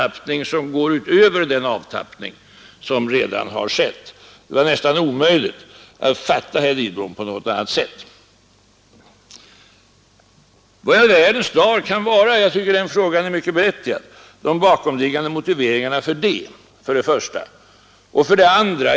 Det var nästan omöjligt att fatta herr Lidbom på något annat sätt. Vad i all världens dar kan för det första vara — jag tycker den frågan är mycket berättigad — de bakomliggande motiven för det?